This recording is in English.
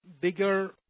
bigger